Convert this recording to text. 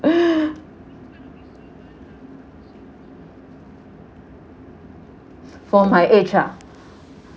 for my age ah